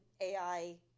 AI